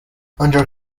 under